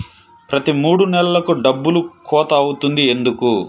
ప్రతి మూడు నెలలకు డబ్బులు కోత అవుతుంది ఎందుకు?